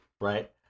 right